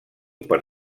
per